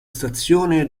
stazione